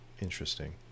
interesting